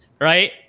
right